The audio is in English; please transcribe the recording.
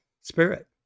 spirit